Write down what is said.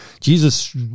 Jesus